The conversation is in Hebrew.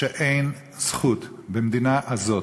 שאין זכות במדינה הזאת,